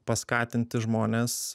paskatinti žmones